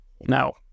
Now